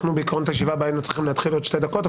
אנחנו בעיקרון את הישיבה הבאה היינו צריכים להתחיל עוד שתי דקות.